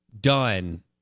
done